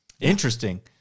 Interesting